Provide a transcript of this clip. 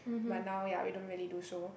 but now ya we don't really do so